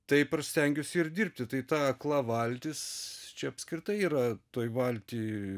taip ir stengiuosi ir dirbti tai ta akla valtis čia apskritai yra toj valty